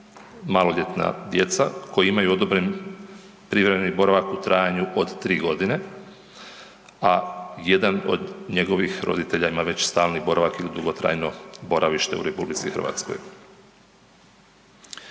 maloljetna djeca koji imaju odobren privremeni boravak u trajanju od 3 godine, a jedan od njegovih roditelja ima stalni boravak ili dugotrajno boravište u RH. Kao